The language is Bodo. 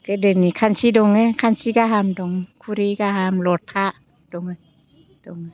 गोदोनि खानसि दङ खानसि काहा खुरै काहा लथा दङ दङ